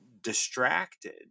distracted